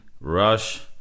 Rush